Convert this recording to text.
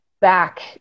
back